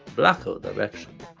blacker direction.